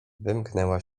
wymknęła